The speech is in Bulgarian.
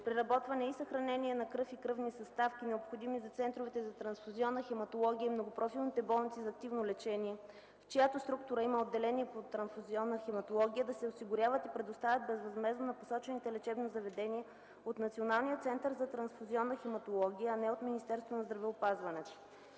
преработване и съхранение на кръв и кръвни съставки, необходими за центровете за трансфузионна хематология и многопрофилните болници за активно лечение, в чиято структура има отделения по трансфузионна хематология, да се осигуряват и предоставят безвъзмездно на посочените лечебни заведения от Националния център за трансфузионна хематология, а не от Министерството на здравеопазването.